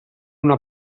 una